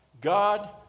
God